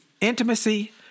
intimacy